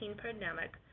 pandemic